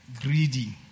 greedy